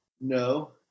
No